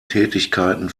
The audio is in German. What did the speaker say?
tätigkeiten